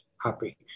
happy